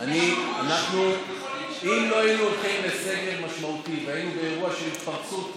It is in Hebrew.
אם לא היינו הולכים לסגר משמעותי והיינו באירוע של התפרצות,